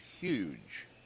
huge